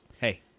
Hey